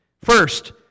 First